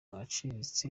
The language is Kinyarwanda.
uciriritse